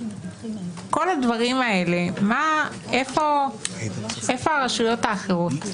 כל הדברים האלה, איפה הרשויות האחרות?